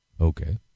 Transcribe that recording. Okay